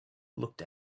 looked